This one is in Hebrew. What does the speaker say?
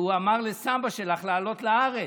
שהוא אמר לסבא שלך לעלות לארץ.